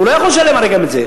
הוא לא יכול לשלם, הרי, גם את זה.